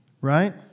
right